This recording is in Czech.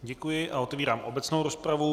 Děkuji a otevírám obecnou rozpravu.